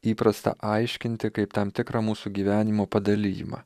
įprasta aiškinti kaip tam tikrą mūsų gyvenimo padalijimą